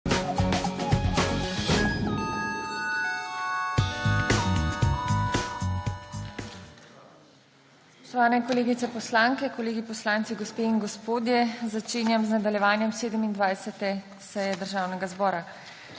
Spoštovani kolegice poslanke, kolegi poslanci, gospe in gospodje! Začenjam z nadaljevanjem 27. seje Državnega zbora.